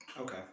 Okay